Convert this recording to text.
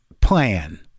plan